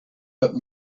bit